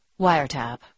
wiretap